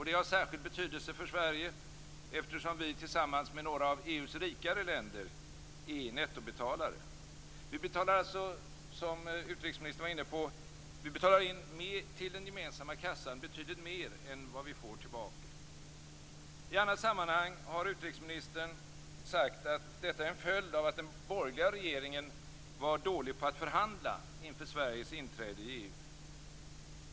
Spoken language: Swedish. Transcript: Det har särskild betydelse för Sverige, eftersom vi tillsammans med några av EU:s rikare medlemsländer är nettobetalare. Vi betalar alltså - som utrikesministern var inne på - in till den gemensamma kassan betydligt mer än vad vi får tillbaka. I annat sammanhang har utrikesministern sagt att detta är en följd av att den borgerliga regeringen var dålig på att förhandla inför Sveriges inträde i EU.